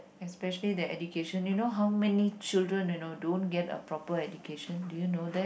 especially their education you know how many children you know don't get a proper education do you know that